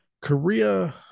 Korea